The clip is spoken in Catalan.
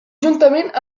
juntament